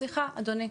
סליחה, אדוני.